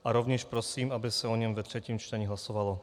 A rovněž prosím, aby se o něm ve třetím čtení hlasovalo.